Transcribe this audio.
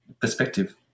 perspective